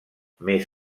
més